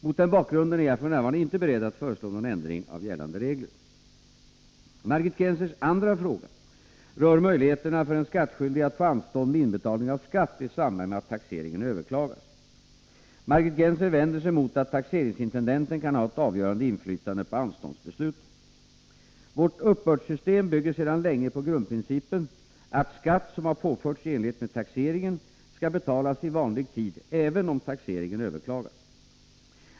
Mot den bakgrunden är jag f.n. inte beredd att föreslå någon ändring av gällande regler. Margit Gennsers andra fråga rör möjligheterna för en skattskyldig att få anstånd med inbetalningen av skatt i samband med att taxeringen överklagas. Margit Gennser vänder sig mot att taxeringsintendenten kan ha ett avgörande inflytande på anståndsbesluten. Vårt uppbördssystem bygger sedan länge på grundprincipen att skatt, som har påförts i enlighet med taxeringen, skall betalas i vanlig tid även om taxeringen överklagas.